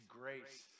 grace